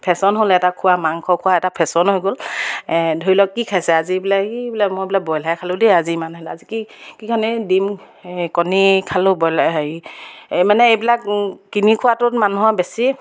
fashion হ'ল এটা খোৱা মাংস খোৱা এটা ফেশ্বন হৈ গ'ল ধৰি লওক কি খাইছে আজি বোলে ই বোলে মই বোলে ব্ৰইলাৰে খালোঁ দেই আজি মানুহ আজি কি কি খানি দিম কণী খালোঁ ব্ৰইলাৰ হেৰি এই মানে এইবিলাক কিনি খোৱাটোত মানুহৰ বেছি